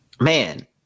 Man